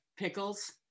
pickles